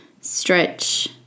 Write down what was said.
stretch